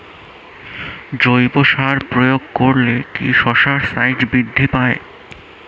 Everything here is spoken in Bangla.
জৈব সার প্রয়োগ করলে কি শশার সাইজ বৃদ্ধি পায়?